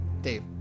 Dave